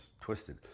twisted